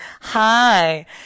Hi